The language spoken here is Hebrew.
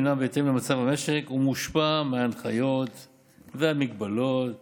בהתאם למצב המשק ומושפע מהנחיות והמגבלות